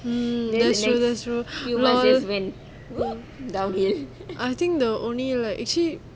mm that's true that's true oh my god I think the only like actually